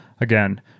again